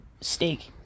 steak